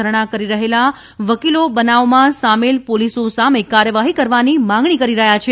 ધરણાં કરી રહેલા વકીલો બનાવમાં સામેલ પોલીસો સામે કાર્યવાહી કરવાની માંગણી કરી રહ્યા છે